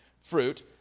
fruit